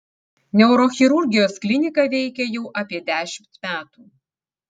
neurochirurgijos klinika veikia jau apie dešimt metų